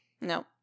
No